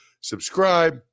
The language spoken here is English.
subscribe